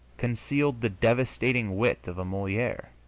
concealed the devastating wit of a moliere